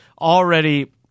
Already